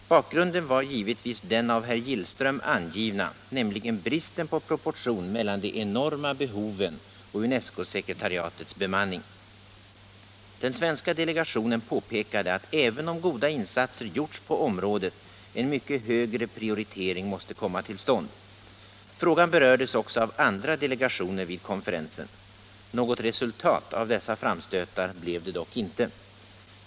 Bakgrunden var givetvis den av herr Gillström angivna, nämligen bristen på proportion mellan de enorma behoven och UNESCO-sekretariatets bemanning. Den svenska delegationen påpekade att även om goda insatser gjorts på området, en mycket högre prioritering måste komma till stånd. Frågan berördes också av andra delegationer vid konferensen. Något resultat av dessa framstötar blev det dock inte.